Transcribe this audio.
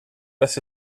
this